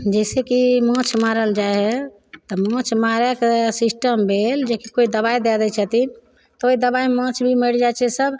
जइसेकि माछ मारल जाइ हइ तऽ माछ मारैके सिस्टम भेल जेकि कोइ दवाइ दै दै छथिन तऽ ओहि दवाइमे माछ भी मरि जाइ छै सभ